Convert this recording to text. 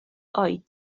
oed